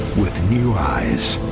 with new eyes